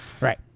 Right